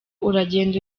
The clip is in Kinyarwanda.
uragenda